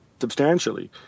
substantially